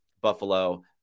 Buffalo